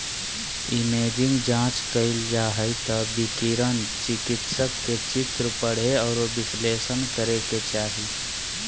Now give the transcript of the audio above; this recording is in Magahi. इमेजिंग जांच कइल जा हइ त विकिरण चिकित्सक के चित्र पढ़े औरो विश्लेषण करे के चाही